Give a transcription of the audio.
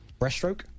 Breaststroke